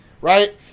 right